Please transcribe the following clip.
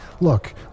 look